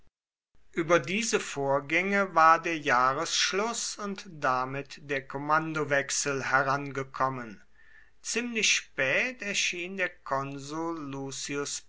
über diese vorgänge war der jahresschluß und damit der kommandowechsel herangekommen ziemlich spät erschien der konsul